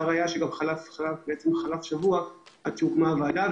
והראיה היא שחלף כבר שבוע עד שהוקמה הוועדה.